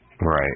Right